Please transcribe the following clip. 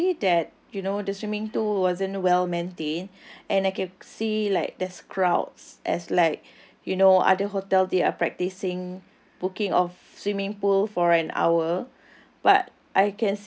I can see that you know the swimming pool wasn't well maintained and I can see like there's crowds as like you know other hotel they are practising booking of swimming pool for an hour but